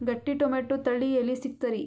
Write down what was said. ಗಟ್ಟಿ ಟೊಮೇಟೊ ತಳಿ ಎಲ್ಲಿ ಸಿಗ್ತರಿ?